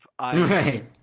Right